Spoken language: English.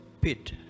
pit